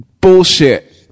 Bullshit